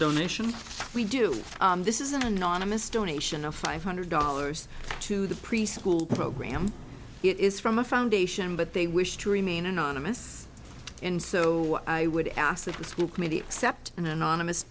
donation we do this is an anonymous donation of five hundred dollars to the preschool program it is from a foundation but they wish to remain anonymous and so i would ask that the school committee accept an anonymous